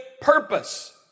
purpose